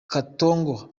katongo